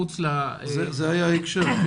זה היה ההקשר.